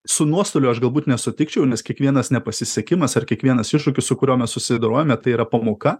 su nuostoliu aš galbūt nesutikčiau nes kiekvienas nepasisekimas ar kiekvienas iššūkis su kuriuo mes susidorojome tai yra pamoka